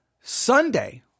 Sunday